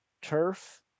turf